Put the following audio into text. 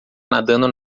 nadando